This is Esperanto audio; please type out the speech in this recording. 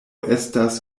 estas